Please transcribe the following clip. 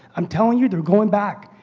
i'm telling you, they're going back.